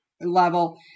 level